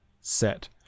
set